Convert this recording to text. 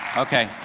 okay.